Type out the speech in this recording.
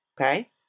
Okay